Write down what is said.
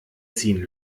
ziehen